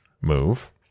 move